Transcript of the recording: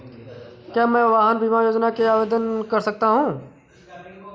क्या मैं वाहन बीमा योजना के लिए आवेदन कर सकता हूँ?